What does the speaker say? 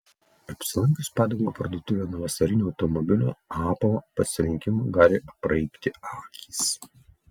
apsilankius padangų parduotuvėje nuo vasarinio automobilio apavo pasirinkimo gali apraibti akys